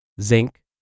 zinc